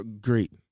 Great